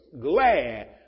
glad